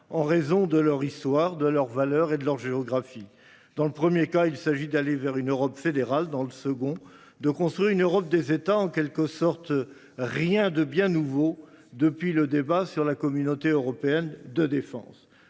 en raison de leur histoire, de leurs valeurs et de leur géographie. Dans le premier cas, il s’agit d’aller vers une Europe fédérale, dans le second, de construire une Europe des États ; rien de bien nouveau, en quelque sorte, depuis le débat sur la Communauté européenne de défense…